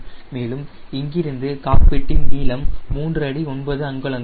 மேலும் இங்கிருந்து காக்பிட்டின் நீளம் மூன்று அடி 9 அங்குலங்கள்